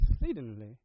exceedingly